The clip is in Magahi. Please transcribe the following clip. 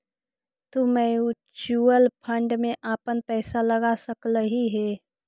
तु म्यूचूअल फंड में अपन पईसा लगा सकलहीं हे